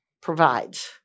provides